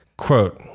quote